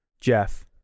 Jeff